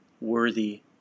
worthy